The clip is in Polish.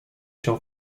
się